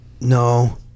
No